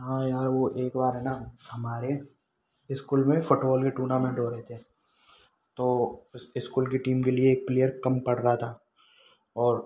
हाँ यार वह एक बार है ना हमारे इस्कूल में फ़ुटवॉल का टूर्नामेंट हो रहा था तो इस्कूल की टीम के लिए एक प्लेयर कम पड़ रहा था और